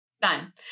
Done